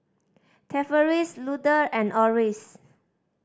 Tavaris Luther and Orris